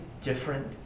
different